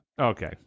okay